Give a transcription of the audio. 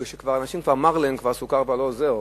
מפני שלאנשים שכבר מר להם סוכר כבר לא עוזר,